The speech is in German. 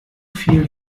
viel